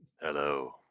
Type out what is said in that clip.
Hello